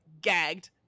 gagged